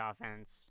offense